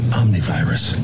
omnivirus